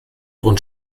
und